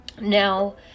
now